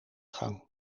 gang